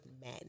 men